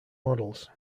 models